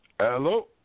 Hello